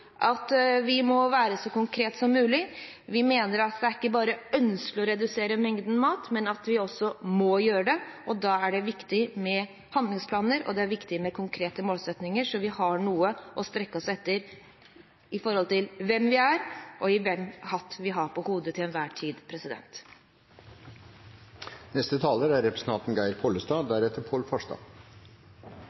vi må være så konkrete som mulig. Vi mener at det ikke bare er ønskelig å redusere mengden mat, men at vi også må gjøre det. Da er det viktig med handlingsplaner, og det er viktig med konkrete målsettinger, slik at vi har noe å strekke oss etter med hensyn til hvem vi er, og hvilken hatt vi til enhver tid har på hodet.